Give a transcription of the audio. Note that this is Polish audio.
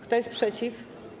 Kto jest przeciw?